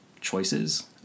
choices